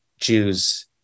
jews